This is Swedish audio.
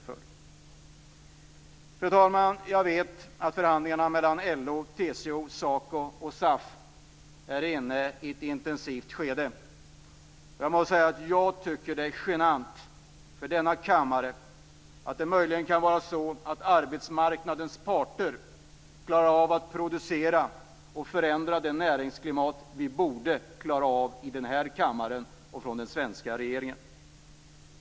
Fru talman! Jag vet att förhandlingarna mellan LO, TCO, SACO och SAF är inne i ett intensivt skede. Jag måste säga att jag tycker att det är genant om arbetsmarknadens parter klarar av att förändra det näringsklimat som regeringen och vi i denna kammare borde klara av att förändra.